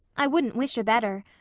i wouldn't wish a better.